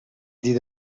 دید